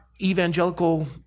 evangelical